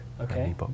Okay